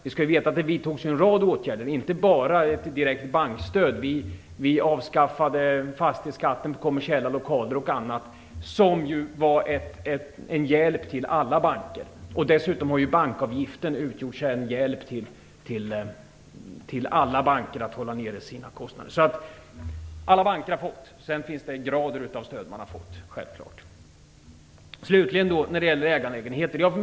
Vi skall veta att det vidtogs en rad åtgärder, inte bara ett direkt bankstöd. Vi avskaffade fastighetsskatten på kommersiella lokaler och annat som ju var en hjälp till alla banker. Dessutom har bankavgiften sedan utgjort en hjälp till alla banker att hålla nere sina kostnader. Alla banker har fått stöd, men självklart finns det olika grader av stöd man har fått. Slutligen när det gäller ägarlägenheter.